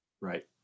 Right